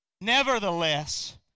Nevertheless